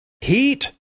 heat